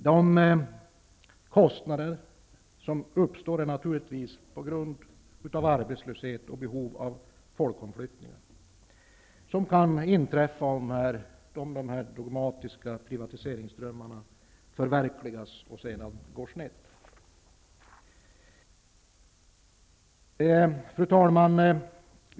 De kostnader som uppstår beror naturligtvis på arbetslösheten och det behov av folkomflyttningar som kan om dessa dogmatiska privatiseringsdrömmar förverkligas och sedan går snett. Fru talman!